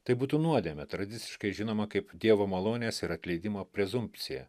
tai būtų nuodėmė tradiciškai žinoma kaip dievo malonės ir atleidimo prezumpcija